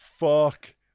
Fuck